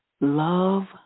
Love